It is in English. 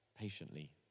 patiently